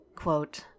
Quote